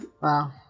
Wow